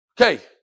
Okay